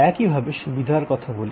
একইভাবে সুবিধার কথা বলি